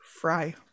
Fry